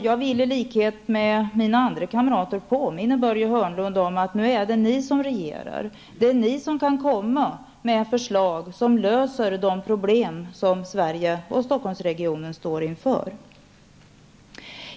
Jag vill i likhet med mina andra kamrater påminna Börje Hörnlund om att det nu är ni som regerar -- det är ni som kan komma med förslag som löser de problem som Sverige och Stockholmsregionen står inför.